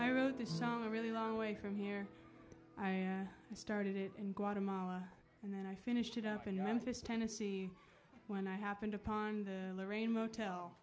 i wrote this song a really long way from here i started it in guatemala and then i finished it up in memphis tennessee when i happened upon the lorraine motel